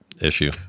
issue